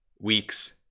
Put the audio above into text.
weeks